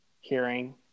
hearing